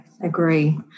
agree